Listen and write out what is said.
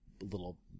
little